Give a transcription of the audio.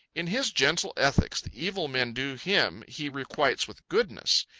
in his gentle ethics the evil men do him he requites with goodness.